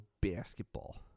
basketball